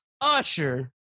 Usher